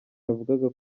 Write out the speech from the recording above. yavugaga